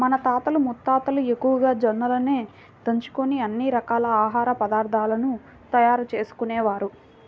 మన తాతలు ముత్తాతలు ఎక్కువగా జొన్నలనే దంచుకొని అన్ని రకాల ఆహార పదార్థాలను తయారు చేసుకునేవారు